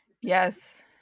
Yes